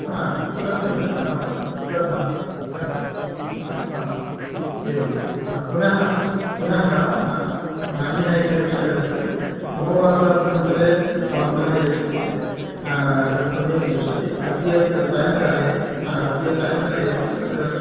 हा सत्यं सत्यम् आं तत्तद् दद्मः दद्मः हा हा एवं हा पुनः पुनः हा हा अन्यः एकः विषयः अस्ति सोमवासराभ्यन्तरे भवन्तः यच्छन्ति चेत् तत् सम्यक् भविष्यति अद्य प्र सायङ्काले हा अद्य सायङ्काले एव तत्र